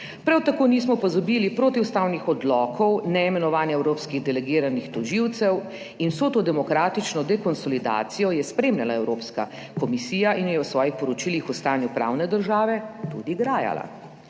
Prav tako nismo pozabili protiustavnih odlokov, neimenovanja evropskih delegiranih tožilcev in vso to demokratično dekonsolidacijo je spremljala Evropska komisija in jo je v svojih poročilih o stanju pravne države tudi grajala.